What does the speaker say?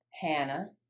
Hannah